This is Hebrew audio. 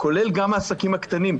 כולל גם העסקים הקטנים,